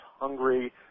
hungry